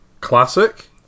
classic